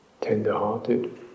tender-hearted